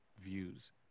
views